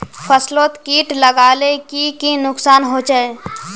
फसलोत किट लगाले की की नुकसान होचए?